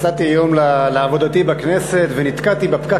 נסעתי היום לעבודתי בכנסת ונתקעתי בפקק